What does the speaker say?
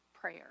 prayer